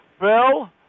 Bill